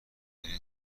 دارید